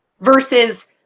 versus